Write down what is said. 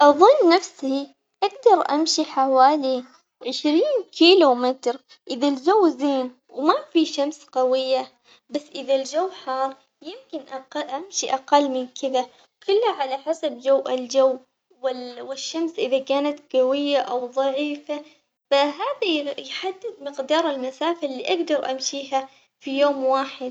أظن نفسي أقدر أمشي حوالي عشرين كيلو متر إذا الجو زين وما في شمس قوية، بس إذا الجو حار يمكن أقل أمشي أقل من كذا كله على حسب جو الجو وال- والشمس إذا كانت قوية أو ضعيفة، فهذا يحدد مقدار المسافة اللي أقدر أمشيها في يوم واحد.